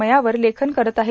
मयावर लेखन करीत आहेत